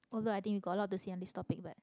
although i think you got a lot to say on this topic but